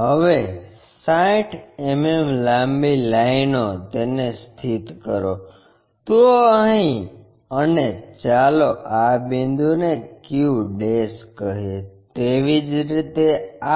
હવે 60 mm લાંબી લાઇનો તેને સ્થિત કરો તો અહીં અને ચાલો આ બિંદુને q કહીએ તેવી જ રીતે